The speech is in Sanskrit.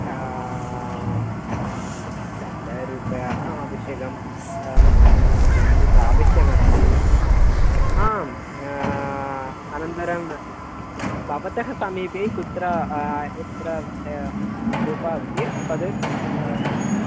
शतरूप्यकम् आवश्यकं किञ्चित् आवश्यकमस्ति आम् अनन्तरं भवतः समीपे कुत्र यत्र रूपम् अस्ति तत्